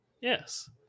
Yes